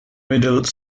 middle